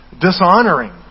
dishonoring